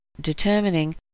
determining